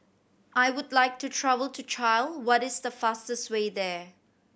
I would like to travel to Chile what is the fastest way there